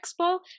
Expo